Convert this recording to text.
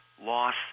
loss